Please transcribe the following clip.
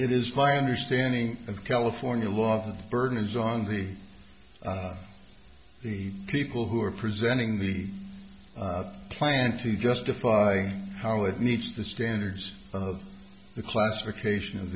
it is my understanding of california law the burden is on the the people who are presenting the plan to justify how it needs the standards of the classification of